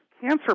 Cancer